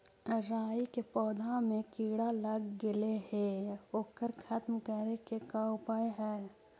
राई के पौधा में किड़ा लग गेले हे ओकर खत्म करे के का उपाय है?